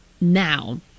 now